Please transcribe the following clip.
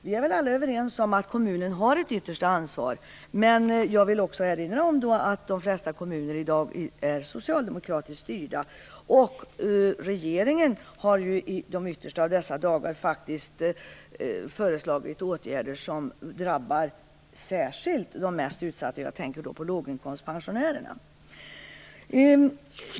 Vi är alla överens om att kommunen har ett yttersta ansvar. Men jag vill också erinra om att de flesta kommuner i dag är socialdemokratiskt styrda, och regeringen har ju i de yttersta av dessa dagar faktiskt föreslagit åtgärder som särskilt drabbar de mest utsatta - jag tänker då på låginkomstpensionärerna.